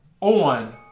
on